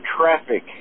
traffic